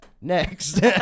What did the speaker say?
Next